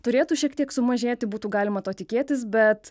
turėtų šiek tiek sumažėti būtų galima to tikėtis bet